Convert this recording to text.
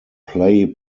play